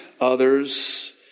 others